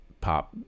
pop